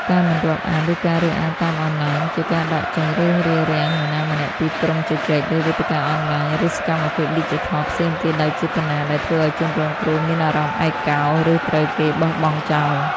ការមិនរាប់អាន ឬការរើសអើងតាមអនឡាញ ជាការដកចេញ ឬរារាំងនរណាម្នាក់ពីក្រុមជជែកលើវេទិកាអនឡាញ ឬសកម្មភាពឌីជីថលផ្សេងទៀតដោយចេតនា ដែលធ្វើឲ្យជនរងគ្រោះមានអារម្មណ៍ឯកោ ឬត្រូវគេបោះបង់ចោល។